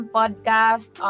podcast